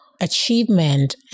achievement